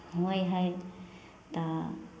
होइ हइ तऽ